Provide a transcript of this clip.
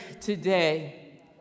today